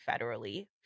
federally